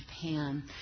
Japan